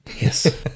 Yes